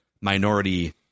minority